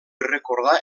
recordar